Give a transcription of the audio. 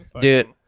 Dude